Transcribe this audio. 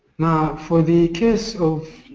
now, for the case of